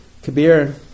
Kabir